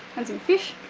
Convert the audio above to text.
and some fish.